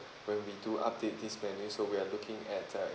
when we do update this menu so we are looking at uh